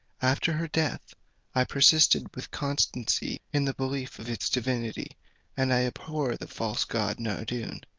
after her death i persisted with constancy in the belief of its divinity and i abhor the false god nardoun,